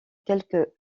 quelques